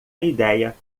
ideia